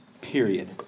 Period